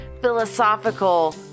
philosophical